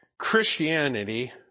Christianity